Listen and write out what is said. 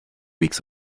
weeks